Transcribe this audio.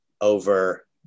over